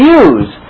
use